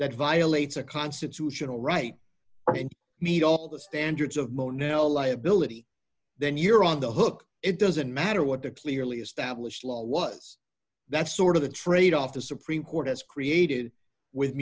that violates a constitutional right and meet all the standards of mono liability then you're on the hook it doesn't matter what the clearly established law what's that's sort of the trade off the supreme court has created with